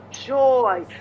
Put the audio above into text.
joy